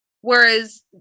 Whereas